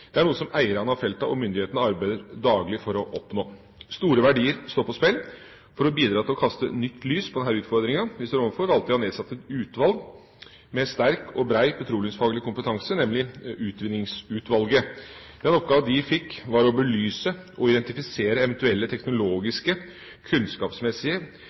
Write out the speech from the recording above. er noe som eierne av feltene og myndighetene arbeider daglig for å oppnå. Store verdier står på spill. For å bidra til å kaste nytt lys over den utfordringen vi står overfor, valgte jeg å nedsette et utvalg med sterk og bred petroleumsfaglig kompetanse, nemlig utvinningsutvalget. Den oppgaven de fikk, var å belyse og identifisere eventuelle teknologiske, kunnskapsmessige,